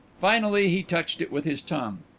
finally he touched it with his tongue.